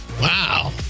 Wow